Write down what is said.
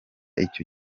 icyo